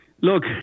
look